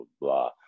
blah